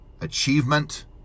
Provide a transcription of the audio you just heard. Achievement